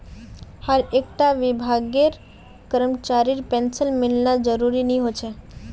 हर एक टा विभागेर करमचरीर पेंशन मिलना ज़रूरी नि होछे